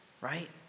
right